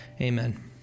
Amen